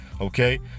Okay